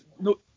no